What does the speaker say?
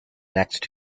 next